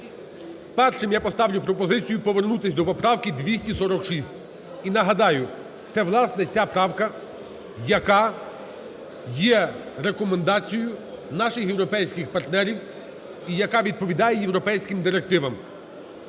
Першою я поставлю пропозицію повернутись до поправки 246. І нагадаю, це, власне, ця правка, яка є рекомендацією наших європейських партнерів і яка відповідає європейським директивам.